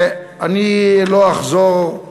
אני לא אחזור על